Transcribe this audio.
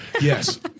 Yes